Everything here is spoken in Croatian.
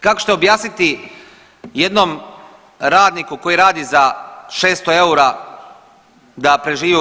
Kako ćete objasniti jednom radniku koji radi za 600 eura da preživi u RH?